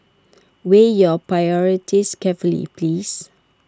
weigh your priorities carefully please